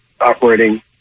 operating